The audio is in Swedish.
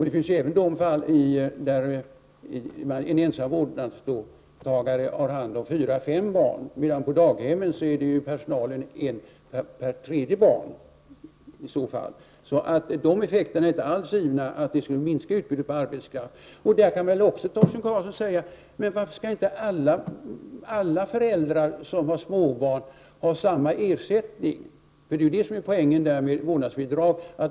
Det finns ensamma barnvårdare som tar hand om fyra fem barn, medan personaltätheten på daghemmen är en anställd på vart tredje barn. Effekterna är inte alls givna. Vårdnadsersättning behöver inte innebära att utbudet av arbetskraft minskar. I det sammanhanget kan Torsten Karlsson också säga: Varför skall inte alla föräldrar som har småbarn ha samma ersättning? Det är det som är poängen med vårdnadsbidrag.